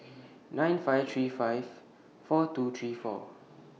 nine five three five four two three four